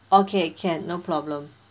okay can no problem